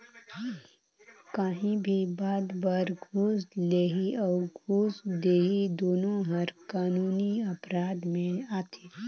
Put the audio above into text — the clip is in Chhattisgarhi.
काहीं भी बात बर घूस लेहई अउ घूस देहई दुनो हर कानूनी अपराध में आथे